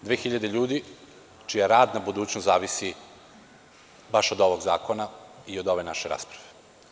Dve hiljade ljudi čija radna budućnost zavisi baš od ovog zakona i od ove naše rasprave.